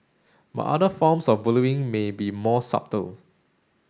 but other forms of may be more subtle